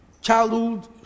Childhood